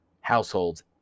households